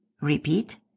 Repeat